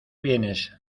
vienes